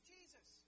Jesus